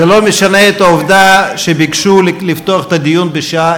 זה לא משנה את העובדה שביקשו לפתוח את הדיון בשעה